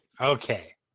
Okay